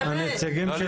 הנציגים של